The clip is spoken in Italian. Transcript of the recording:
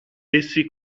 essi